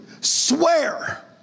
swear